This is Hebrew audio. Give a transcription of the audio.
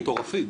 הם